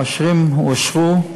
העשירים הועשרו,